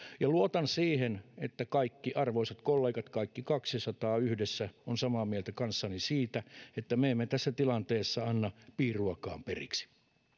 ja luotan siihen että kaikki arvoisat kollegat kaikki kahdessasadassa yhdessä ovat samaa mieltä kanssani siitä että me emme tässä tilanteessa anna piiruakaan periksi